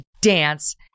dance